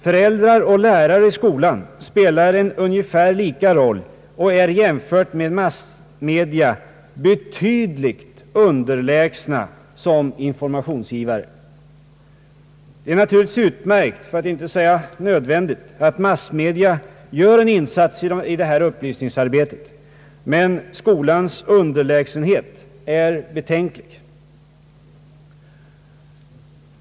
Föräldrar och lärare i skolan spelar en ungefär lika roll och är jämfört med massmedia betydligt underlägsna som informationsgivare.> Det är naturligtvis utmärkt, för att inte säga nödvändigt, att massmedia gör en insats i det här upplysningsarbetet, men skolans underlägsenhet är betänklig.